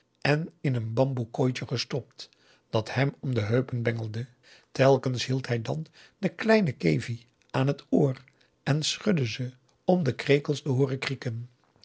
en in een bamboe kooitje gestopt dat hem om de heupen bengelde telkens hield hij dan de kleine kevie aan het oor en schudde ze om de krekels te hooren krieken